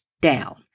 down